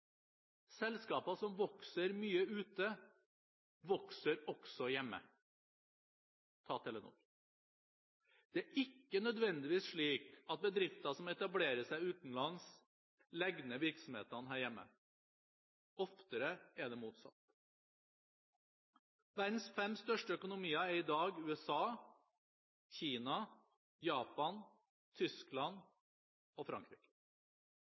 Selskaper som vokser mye ute, vokser også hjemme – ta f.eks. Telenor. Det er ikke nødvendigvis slik at bedrifter som etablerer seg utenlands, legger ned virksomhetene her hjemme. Oftere er det motsatt. Verdens fem største økonomier er i dag USA, Kina, Japan, Tyskland og Frankrike.